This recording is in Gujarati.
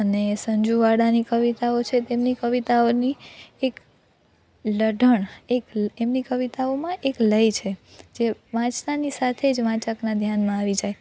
અને સંજુ વાળાની કવિતાઓ છે તેમની કવિતાઓની એક લઢણ એક એમની કવિતાઓમાં એક લય છે જે વાંચતાની સાથે જ વાચકના ધ્યાનમાં આવી જાય